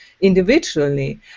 individually